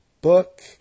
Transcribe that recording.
book